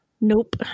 Nope